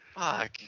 Fuck